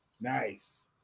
Nice